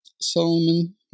Solomon